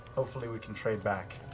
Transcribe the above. hopefully we can trade back.